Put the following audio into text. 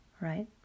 right